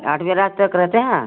आठ बजे रात तक रहते हैं